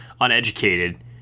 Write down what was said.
uneducated